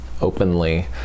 openly